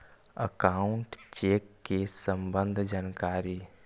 Account check के सम्बन्ध जानकारी?